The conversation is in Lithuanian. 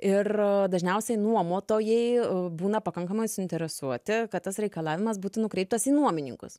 ir dažniausiai nuomotojai būna pakankamai suinteresuoti kad tas reikalavimas būtų nukreiptas į nuomininkus